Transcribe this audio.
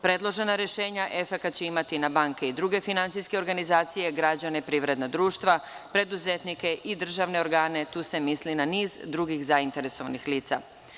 Predložena rešenja efekat će imati na banke i druge finansijske organizacije, građane i privredna društva, preduzetnike i državne organe, a tu se misli na niz zainteresovanih lica.